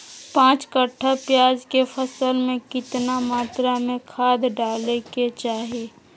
पांच कट्ठा प्याज के फसल में कितना मात्रा में खाद डाले के चाही?